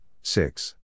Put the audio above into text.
six